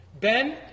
Ben